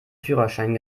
führerschein